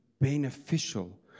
beneficial